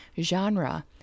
genre